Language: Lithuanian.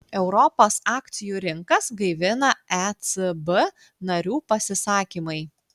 europos akcijų rinkas gaivina ecb narių pasisakymai